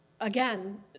again